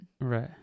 right